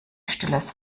stilles